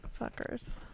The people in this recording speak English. Fuckers